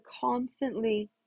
constantly